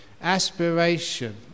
aspiration